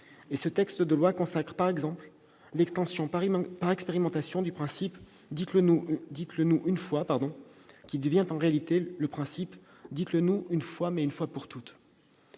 Ce texte de loi consacre, par exemple, l'extension par expérimentation du principe « dites-le-nous une fois », qui devient en réalité le principe « dites-le-nous une fois, mais une fois pour toutes »